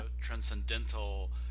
transcendental